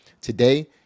today